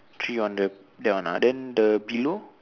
three on the that one ah then the below